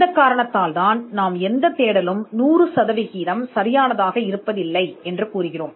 இந்த காரணத்திற்காக எந்த தேடலும் சரியானதல்ல என்று நாங்கள் கூறுகிறோம்